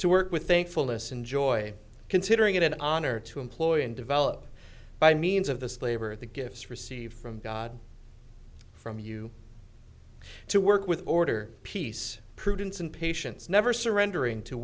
to work with thankfulness and joy considering it an honor to employ and develop by means of this labor the gifts received from god from you to work with order peace prudence and patience never surrendering to